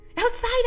Outside